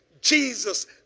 Jesus